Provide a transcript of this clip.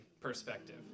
perspective